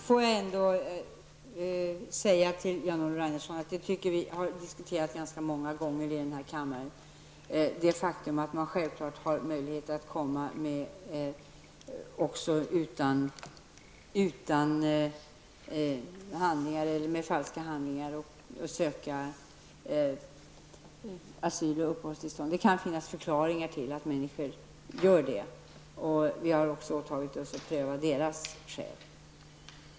Fru talman! Jag tycker, Jan-Olof Ragnarsson, att vi ganska många gånger i denna kammare har diskuterat att man självfallet har möjlighet att komma hit och söka asyl och uppehållstillstånd utan handlingar eller med falska handlingar. Det kan finnas förklaringar till att människor gör det. Vi har också åtagit oss att pröva deras skäl.